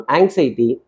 Anxiety